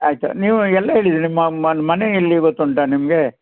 ಆಯಿತು ನೀವು ಎಲ್ಲ ಹೇಳಿದಿರಿ ಮನೆ ಎಲ್ಲಿ ಗೊತ್ತುಂಟ ನಿಮಗೆ